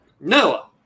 Noah